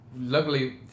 Luckily